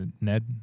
Ned